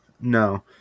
no